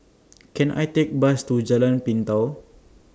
Can I Take Bus to Jalan Pintau